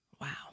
Wow